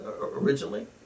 originally